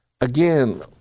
again